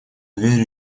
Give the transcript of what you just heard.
дверь